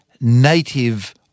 native